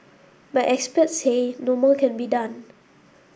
but experts say no more can be done